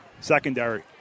secondary